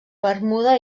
bermuda